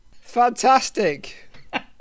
Fantastic